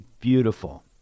beautiful